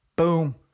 Boom